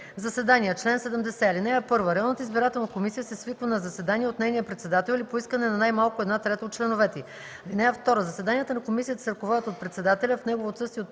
„Заседания Чл. 70. (1) Районната избирателна комисия се свиква на заседание от нейния председател или по искане на най-малко една трета от членовете й. (2) Заседанията на комисията се ръководят от председателя, а в негово отсъствие –